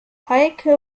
heike